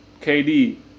KD